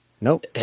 Nope